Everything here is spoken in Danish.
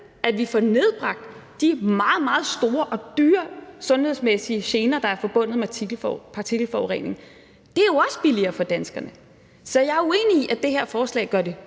at vi får nedbragt de meget, meget store og dyre sundhedsmæssige gener, der er forbundet med partikelforurening – det er jo også billigere for danskerne. Så jeg er uenig i, at det her forslag gør det